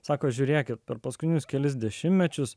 sako žiūrėk ir per paskutinius kelis dešimtmečius